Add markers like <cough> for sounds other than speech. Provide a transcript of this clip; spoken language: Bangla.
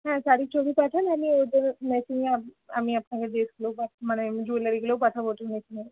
হ্যাঁ শাড়ির ছবি পাঠান আমি ওদের ম্যাচিংয়ে আম আমি আপনাকে <unintelligible> মানে জুয়েলারিগুলোও পাঠাবো কিনে কিনে